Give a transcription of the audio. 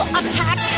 attack